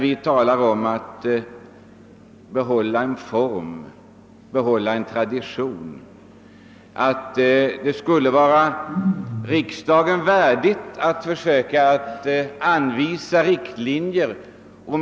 Vi talar om att behålla en tradition, om att det skulle vara riksdagen värdigt att försöka ange riktlinjer härför.